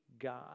God